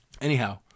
anyhow